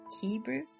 Hebrew